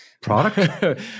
product